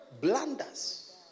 Blunders